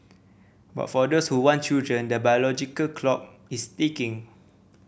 but for those who want children the biological clock is ticking